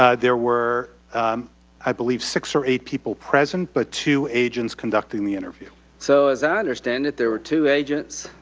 ah there were i believe six or eight people present, but two agents conducting the interview. so as i understand it, there were two agents,